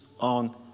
on